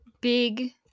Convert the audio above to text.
big